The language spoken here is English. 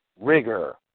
rigor